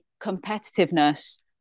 competitiveness